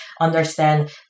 understand